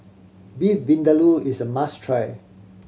Beef Vindaloo is a must try